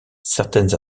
certaines